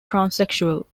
transsexual